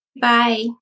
Bye